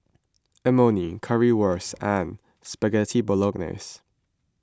Imoni Currywurst and Spaghetti Bolognese